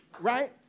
Right